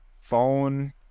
phone